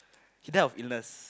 he die of illness